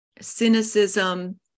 cynicism